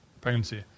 pregnancy